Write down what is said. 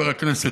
חבר הכנסת.